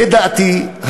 לדעתי,